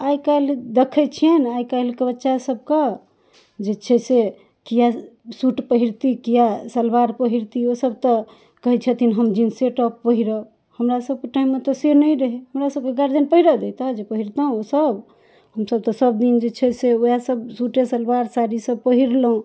आइ काल्हि देखै छियनि आइ काल्हिके बच्चा सबके जे छै से किएक सूट पहिरती किआ सलवार पहिरती ओ ओसब तऽ कहै छथिन हम जींसे टॉप पहिरब हमरा सबके टाइममे तऽ से नहि रहै हमरा सबके गार्जियन पहिरऽ देतै जे पहिरतौ ओसब हमसब तऽ सब दिन जे छै से ओएह सब सूटे सलवार साड़ी सब पहिरलहुँ